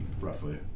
roughly